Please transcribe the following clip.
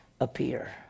appear